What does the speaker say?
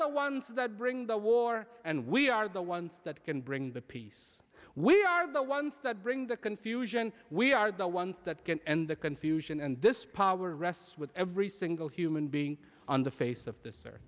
the ones that bring the war and we are the ones that can bring the peace we are the ones that bring the confusion we are the ones that can end the confusion and this power rests with every single human being on the face of this e